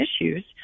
issues